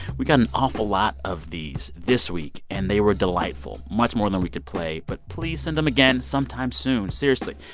we got an awful lot of these this week, and they were delightful much more than we could play. but please send them again sometime soon. seriously.